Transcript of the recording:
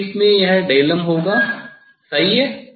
अब इस केस में यह होगा सही